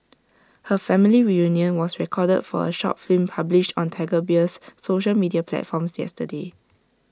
her family reunion was recorded for A short film published on Tiger Beer's social media platforms yesterday